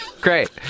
great